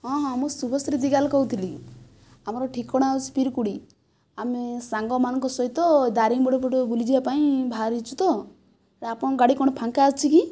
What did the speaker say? ହଁ ହଁ ମୁଁ ଶୁଭଶ୍ରୀ ଦିଗାଲ କହୁଥିଲି ଆମର ଠିକଣା ହେଉଛି ପିରିକୁଡ଼ି ଆମେ ସାଙ୍ଗମାନଙ୍କ ସହିତ ଦାରିଙ୍ଗବାଡ଼ି ପଟେ ବୁଲିଯିବା ପାଇଁ ବାହାରିଛୁ ତ ଆପଣଙ୍କ ଗାଡ଼ି କ'ଣ ଫାଙ୍କା ଅଛି କି